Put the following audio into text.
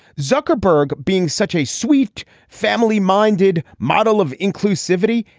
zuckerberg being such a sweet family minded model of inclusive city.